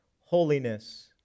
holiness